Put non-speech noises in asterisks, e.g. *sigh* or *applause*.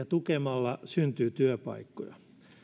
*unintelligible* tukemalla syntyy työpaikkoja